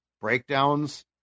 breakdowns